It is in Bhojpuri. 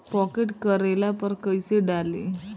पॉकेट करेला पर कैसे डाली?